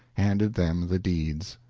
handed them the deeds.